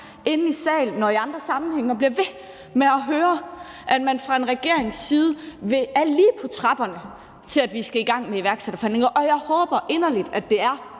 herinde i salen og i andre sammenhænge og bliver ved med at høre, at man fra regeringens side er lige på trapperne til, at vi skal i gang med iværksætterforhandlinger. Jeg håber inderligt, at det er